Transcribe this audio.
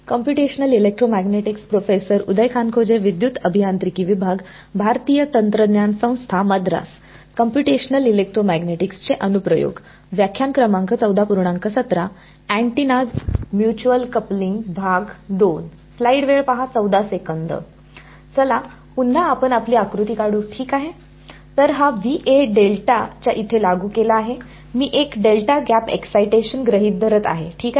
चला पुन्हा आपण आपली आकृती काढू ठीक आहे तर हा डेल्टा च्या इथे लागू केला आहे मी एक डेल्टा गॅप एक्सायटेशन गृहित धरत आहे ठीक आहे